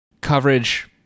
coverage